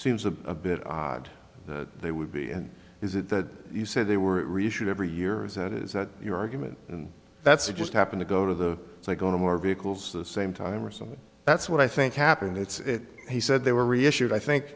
seems a bit odd that they would be and is it that you said they were reissued every year is that is that your argument that's it just happened to go to the like on a more vehicles the same time or something that's what i think happened it's he said they were reissued i think